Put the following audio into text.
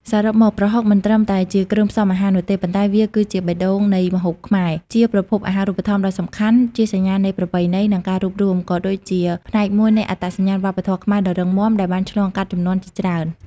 សរុបមក ប្រហុកមិនត្រឹមតែជាគ្រឿងផ្សំអាហារនោះទេ ប៉ុន្តែវាគឺជាបេះដូងនៃម្ហូបខ្មែរ ជាប្រភពអាហារូបត្ថម្ភដ៏សំខាន់ ជាសញ្ញានៃប្រពៃណី និងការរួបរួម ក៏ដូចជាផ្នែកមួយនៃអត្តសញ្ញាណវប្បធម៌ខ្មែរដ៏រឹងមាំ ដែលបានឆ្លងកាត់ជំនាន់ជាច្រើន។